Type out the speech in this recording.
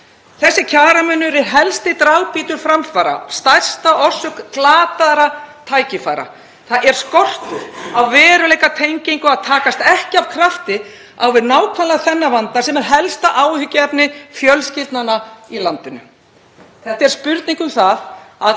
Þessi kjaramunur er helsti dragbítur framfara, stærsta orsök glataðra tækifæra. Það er skortur á veruleikatengingu að takast ekki af krafti á við nákvæmlega þennan vanda sem er helsta áhyggjuefni fjölskyldnanna í landinu. Þetta er spurning um það að